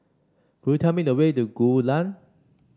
could you tell me the way to Gul Lane